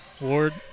Ward